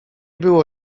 było